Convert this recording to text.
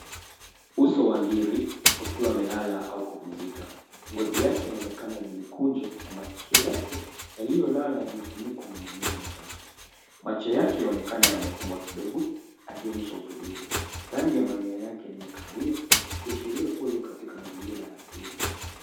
Uso wa ngiri, ukiwa umelala au kupumzika. Ngozi yake yaonekana yenye mikunjo na masikio yake yaliyolala yamefunikwa na manyoya machache. Macho yake yanaonekana yamefumbwa kidogo akionyesha utulivu. Rangi ya manyoya yake ni ya kahawia ikiashiria kuwa yu katika mazingira ya asili.